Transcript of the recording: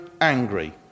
angry